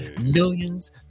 Millions